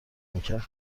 میکرد